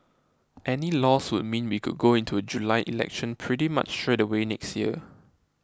any loss would mean we could go into a July election pretty much straight away next year